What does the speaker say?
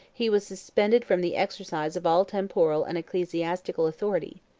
he was suspended from the exercise of all temporal and ecclesiastical authority.